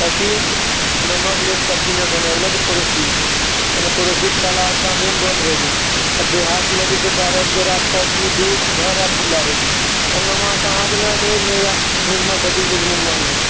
लेकिन नमक लेकऽ सब्जी नहि बनौलाह पड़ोसीसँ कारण पड़ोसीके ताला शाममे ही बन्द होय जाइत छै आ देहातमे जे छै बारह बजे राति तक ई भरि राति खुल्ला रहैत छै फल्लवाँ कहाँ गेले रे एन्ने आ निमक घटि गेलय से सँ निमक देइ